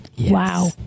Wow